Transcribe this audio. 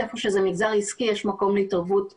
איפה שזה מגזר עסקי יש מקום להתערבות ממשלתית,